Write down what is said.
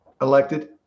elected